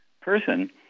person